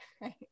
right